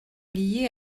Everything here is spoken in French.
liés